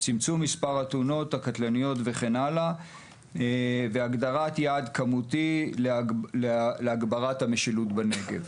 צמצום מספר התאונות הקטלניות והגדרת יעד כמותי להגברת המשילות בנגב.